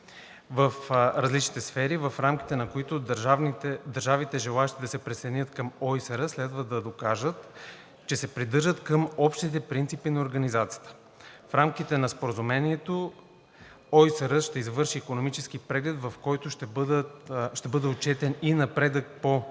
в различните сфери, в рамките на които държавите, желаещи да се присъединят към ОИСР, следва да докажат, че се придържат към общите принципи на Организацията. В рамките на Споразумението ОИСР ще извърши Икономически преглед, в който ще бъде отчетен и напредъкът по